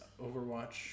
Overwatch